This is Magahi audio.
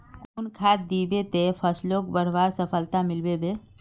कुन खाद दिबो ते फसलोक बढ़वार सफलता मिलबे बे?